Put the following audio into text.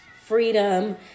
freedom